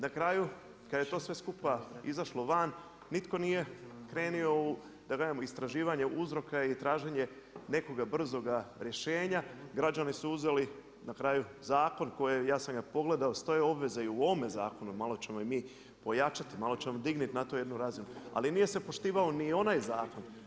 Na kraju, kad je to sve skupa izašlo van ,nitko nije, krenuo, da kažem u istraživanje uzroka i traženje nekoga brzoga rješenja, građani su na kraju zakon koji, ja sam ga pogledao, stoje obveze i u ovome zakonu, malo ćemo i mi pojačati, malo ćemo dignuti na tu jednu razinu, ali nije se poštivao ni onaj zakon.